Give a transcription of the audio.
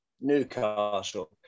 Newcastle